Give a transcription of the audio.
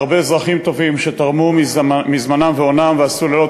להרבה אזרחים טובים שתרמו מזמנם ואונם ועשו לילות